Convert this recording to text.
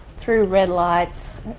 through red lights.